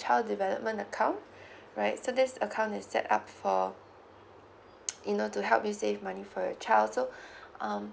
child development account right so this account is set up for you know to help you save money for your child so um